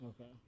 Okay